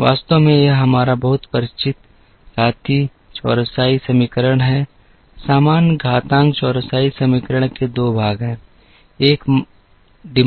वास्तव में यह हमारा बहुत परिचित घातीय चौरसाई समीकरण है सामान्य घातांक चौरसाई समीकरण के 2 भाग हैं एक